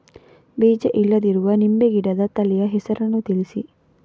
ಬೀಜ ಇಲ್ಲದಿರುವ ನಿಂಬೆ ಗಿಡದ ತಳಿಯ ಹೆಸರನ್ನು ತಿಳಿಸಿ?